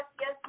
Yes